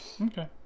Okay